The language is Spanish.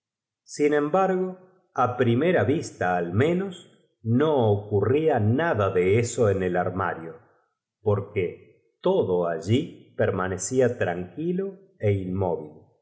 sin embargo á primera vista al menos no ocurt'ia nada de eso en el armario porque todo allí permanecfa ttanquilo é t va inmóvil